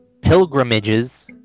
pilgrimages